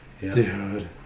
Dude